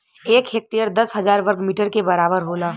एक हेक्टेयर दस हजार वर्ग मीटर के बराबर होला